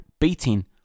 beating